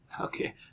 Okay